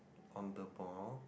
conder ball